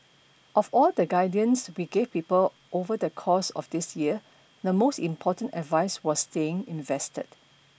of all the guidance we gave people over the course of this year the most important advice was staying invested